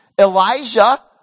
Elijah